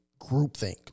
groupthink